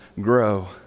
grow